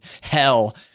hell